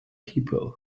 people